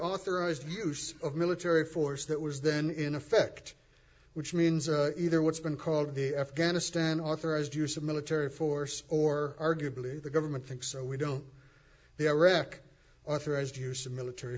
authorized use of military force that was then in effect which means either what's been called the afghanistan authorized use of military force or arguably the government thinks or we don't the iraq authorized use of military